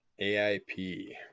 AIP